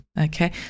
Okay